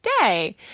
day